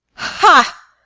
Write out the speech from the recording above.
ha!